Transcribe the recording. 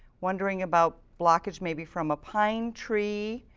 wondering about blockage may be from a pine tree.